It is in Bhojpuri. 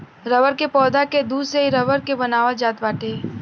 रबर के पौधा के दूध से ही रबर के बनावल जात बाटे